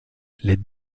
les